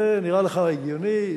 זה נראה לך הגיוני?